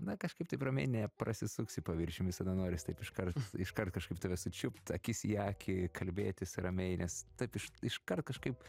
na kažkaip taip ramiai neprasisuksi paviršium visada noris taip iškart iškart kažkaip tave sučiupt akis į akį kalbėtis ramiai nes taip iš iškart kažkaip